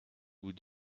vous